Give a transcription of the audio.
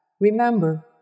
Remember